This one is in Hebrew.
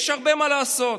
יש הרבה מה לעשות.